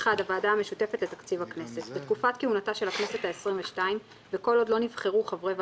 במצב רגיל לא צריך חקיקה,